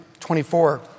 24